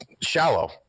shallow